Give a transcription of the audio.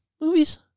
movies